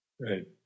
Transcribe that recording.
Right